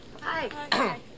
Hi